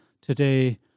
today